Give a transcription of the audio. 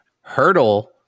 Hurdle